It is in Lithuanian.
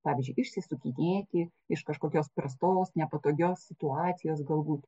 pavyzdžiui išsisukinėti iš kažkokios prastos nepatogios situacijos galbūt